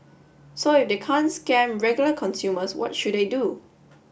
so if they can't scam regular consumers what should they do